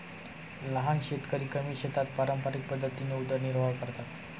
लहान शेतकरी कमी शेतात पारंपरिक पद्धतीने उदरनिर्वाह करतात